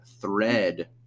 thread